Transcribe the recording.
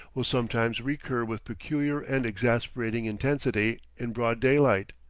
will sometimes recur with peculiar and exasperating intensity, in broad daylight.